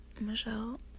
Michelle